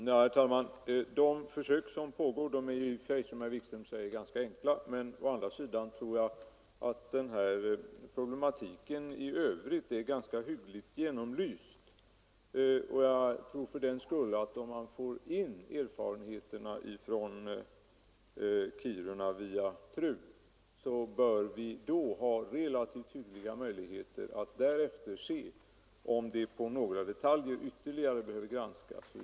Herr talman! De försök som pågår är i och för sig — som herr Wikström säger — ganska enkla. Men å andra sidan tror jag att den här problematiken i övrigt är ganska väl genomlyst. När vi får in erfarenheter na från Kiruna via TRU bör vi ha relativt goda möjligheter att se, om den behöver granskas ytterligare i några detaljer.